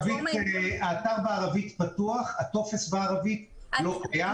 האתר בערבית פתוח אבל הטופס בערבית לא קיים.